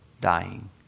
dying